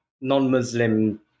non-Muslim